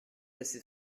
assez